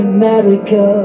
America